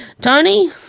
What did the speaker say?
Tony